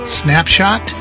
snapshot